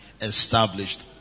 established